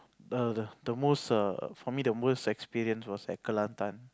the the the most err for me the most experience was at Kelantan